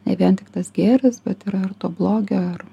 ne vien tik tas gėris bet yra ir to blogio ir